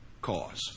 cause